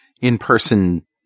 in-person